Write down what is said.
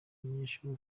munyeshuri